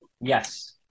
yes